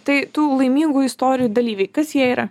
tai tų laimingų istorijų dalyviai kas jie yra